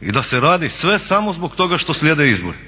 i da se radi sve samo zbog toga što slijede izbori.